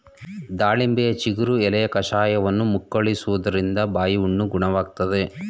ದಾಳಿಂಬೆಯ ಚಿಗುರು ಎಲೆಯ ಕಷಾಯವನ್ನು ಮುಕ್ಕಳಿಸುವುದ್ರಿಂದ ಬಾಯಿಹುಣ್ಣು ಗುಣವಾಗ್ತದೆ